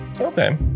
Okay